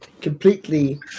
completely